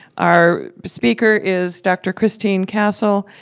our speaker is dr. christine cassel,